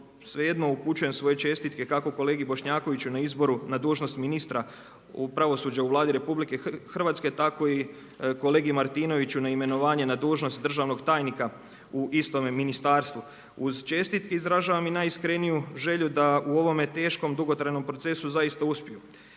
svejedno upućujem svoje čestitke kako kolegi Bošnjakoviću, na izboru na dužnosti ministra pravosuđa u Vladi RH, tako i kolegi Martinoviću na imenovanje na dužnost državnog tajnika u istom ministarstvu. Uz čestitke izražavam i najiskreniju želju da u ovome teškom dugotrajnom procesu zaista uspijemo,